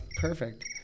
perfect